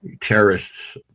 Terrorists